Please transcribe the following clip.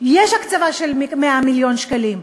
של 100 מיליון שקלים,